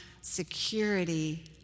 security